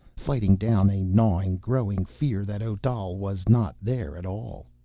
fighting down a gnawing, growing fear that odal was not there at all.